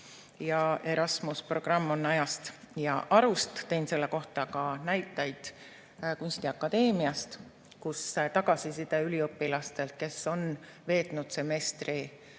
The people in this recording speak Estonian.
ja Erasmuse programm on ajast ja arust. Tõin selle kohta näiteid kunstiakadeemiast, kus tagasiside üliõpilastelt, kes on veetnud semestri